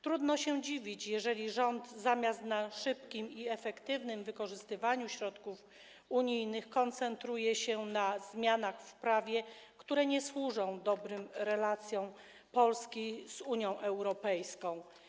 Trudno się dziwić, jeżeli rząd, zamiast na szybkim i efektywnym wykorzystywaniu środków unijnych, koncentruje się na zmianach w prawie, które nie służą dobrym relacjom Polski z Unią Europejską.